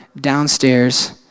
downstairs